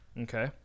okay